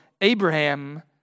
Abraham